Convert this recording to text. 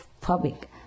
public